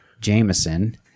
Jameson